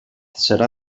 serà